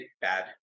bad